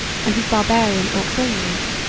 and his barbarian auxiliaries,